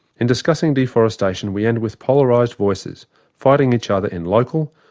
in discussing deforestation, we end with polarized voices fighting each other in local,